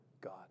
God